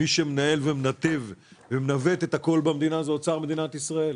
מי שמנהל ומנתב ומנווט את הכול במדינה זה אוצר מדינת ישראל.